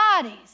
bodies